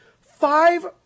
Five